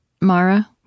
Mara